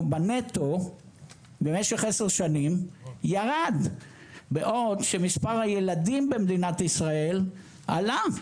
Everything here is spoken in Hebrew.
בנטו במשך 10 שנים ירד בעוד שמספר הילדים במדינת ישראל עלה.